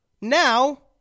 now